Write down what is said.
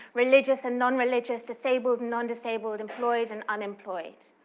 religious and non-religious, disabled and non-disabled, employed and unemployed.